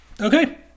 Okay